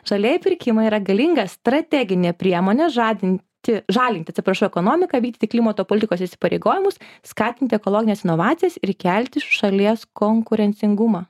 žalieji pirkimai yra galinga strateginė priemonė žadinti žalinti atsiprašau ekonomiką vykdyti klimato politikos įsipareigojimus skatinti ekologines inovacijas ir kelti šalies konkurencingumą